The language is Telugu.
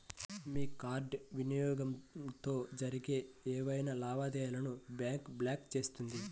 మీ కార్డ్ వినియోగంతో జరిగే ఏవైనా లావాదేవీలను బ్యాంక్ బ్లాక్ చేస్తుంది